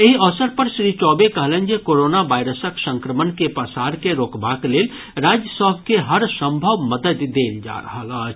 एहि अवसर पर श्री चौबे कहलनि जे कोरोना वायरसक संक्रमण के पसार के रोकबाक लेल राज्य सभ के हर सम्भव मददि देल जा रहल अछि